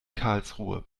karlsruhe